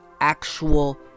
actual